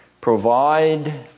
provide